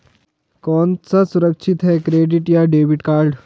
कौन सा सुरक्षित है क्रेडिट या डेबिट कार्ड?